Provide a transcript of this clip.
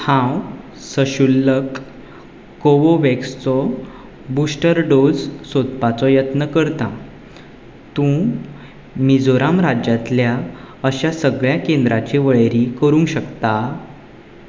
हांव सशुल्लक कोवोव्हॅक्सचो बुश्टर डोस सोदपाचो यत्न करता तूं मिझोराम राज्यांतल्या अशा सगळ्या केंद्राची वळेरी करूंक शकता